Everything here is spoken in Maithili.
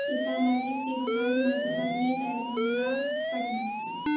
सीतामढ़ी शिवहर मधुबनी दरभङ्गा पटना